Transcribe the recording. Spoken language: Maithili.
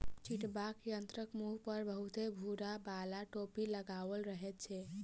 छिटबाक यंत्रक मुँह पर बहुते भूर बाला टोपी लगाओल रहैत छै